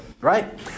right